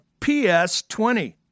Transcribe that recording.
PS20